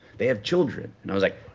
they have children. and i was like,